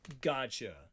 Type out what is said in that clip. Gotcha